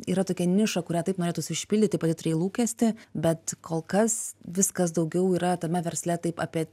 yra tokia niša kurią taip norėtųsi užpildyti pati turėjai lūkestį bet kol kas viskas daugiau yra tame versle taip apie